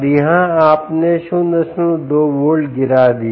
और यहां आपने 02 वोल्ट गिरा दिया